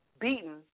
beaten